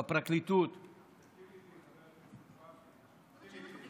בפרקליטות, תסכים איתי, חבר הכנסת מרגי,